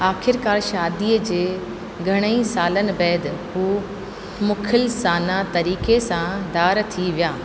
आखिरकार शादीअ जे घणेई सालनि बैदि हू मुख़्लिसाना तरीक़े सां धार थी विया